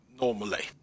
Normally